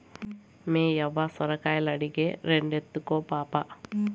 మేయవ్వ సొరకాయలడిగే, రెండెత్తుకో పాపా